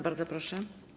Bardzo proszę.